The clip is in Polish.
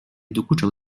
dokuczał